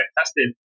tested